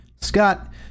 Scott